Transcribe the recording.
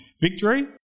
victory